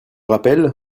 rappel